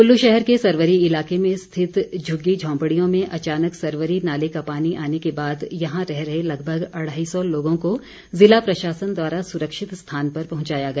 कुल्लू शहर के सरवरी इलाके में स्थित झुग्गी झोंपड़ियों में अचानक सरवरी नाले का पानी आने के बाद यहां रह रहे लगभग अढ़ाई सौ लोगों को ज़िला प्रशासन द्वारा सुरक्षित स्थान पर पहुंचाया गया